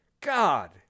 god